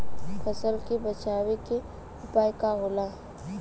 फसल के बचाव के उपाय का होला?